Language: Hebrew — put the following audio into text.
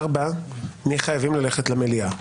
ב-16:00 נהיה חייבים ללכת למליאה.